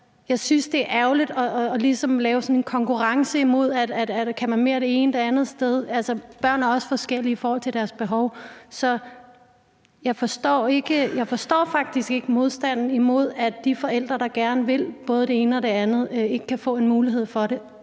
jeg synes, det er ærgerligt ligesom at lave sådan en konkurrence om, om man kan mere det ene eller det andet sted. Børn er også forskellige i forhold til deres behov. Jeg forstår faktisk ikke modstanden imod, at de forældre, der gerne vil både det ene og det andet, kan få en mulighed for det,